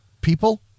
people